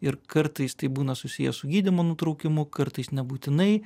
ir kartais tai būna susiję su gydymo nutraukimu kartais nebūtinai